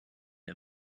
der